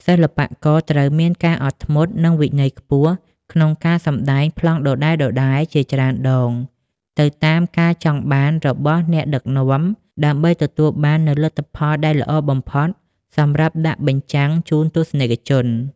សិល្បករត្រូវមានការអត់ធ្មត់ និងវិន័យខ្ពស់ក្នុងការសម្ដែងប្លង់ដដែលៗជាច្រើនដងទៅតាមការចង់បានរបស់អ្នកដឹកនាំ ដើម្បីទទួលបាននូវលទ្ធផលដែលល្អបំផុតសម្រាប់ដាក់បញ្ចាំងជូនទស្សនិកជន។